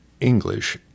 English